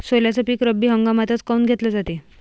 सोल्याचं पीक रब्बी हंगामातच काऊन घेतलं जाते?